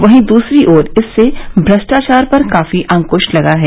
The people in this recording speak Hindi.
वहीं दूसरी ओर इससे भ्रष्टाचार पर काफी अंक्श लगा है